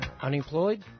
Unemployed